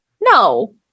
No